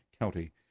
County